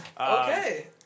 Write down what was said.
Okay